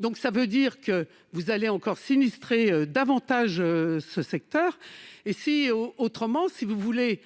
vous allez donc encore sinistrer davantage le secteur. Autrement, si vous voulez